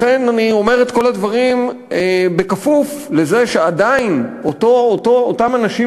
לכן אני אומר את כל הדברים בכפוף לזה שעדיין אותם אנשים